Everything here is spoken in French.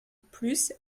plus